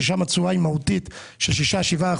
שם התשואה היא מהותית; של 6%-7%.